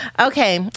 Okay